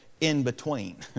in-between